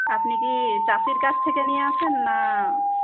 আপনি কি চাষির কাছ থেকে নিয়ে আসেন না